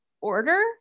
order